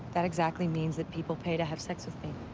that exactly means that people pay to have sex with me.